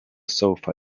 sofa